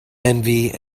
envy